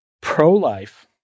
pro-life